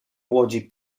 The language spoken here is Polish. łodzi